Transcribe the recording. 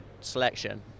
selection